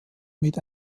mit